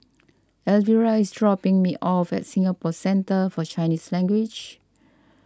Elvera is dropping me off at Singapore Centre for Chinese Language